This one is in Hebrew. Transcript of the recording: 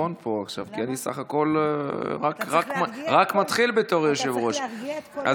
כי אני בסך הכול רק מתחיל בתור יושב-ראש.